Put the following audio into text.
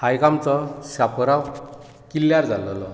हायक आमचो शापोरा किल्ल्यार जालोलो